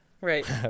Right